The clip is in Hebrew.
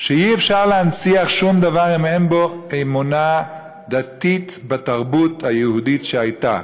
שאי-אפשר להנציח שום דבר אם אין בו אמונה דתית בתרבות היהודית שהייתה.